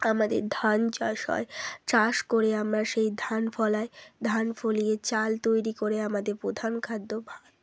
আমাদের ধান চাষ হয় চাষ করে আমরা সেই ধান ফলাই ধান ফলিয়ে চাল তৈরি করে আমাদের প্রধান খাদ্য ভাত